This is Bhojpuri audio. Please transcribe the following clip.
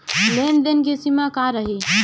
लेन देन के सिमा का रही?